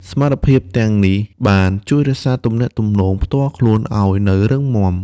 សមត្ថភាពទាំងនេះបាន ជួយរក្សាទំនាក់ទំនងផ្ទាល់ខ្លួនឲ្យនៅរឹងមាំ។